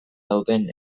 dauden